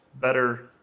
better